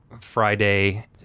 Friday